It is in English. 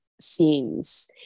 scenes